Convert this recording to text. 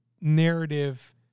narrative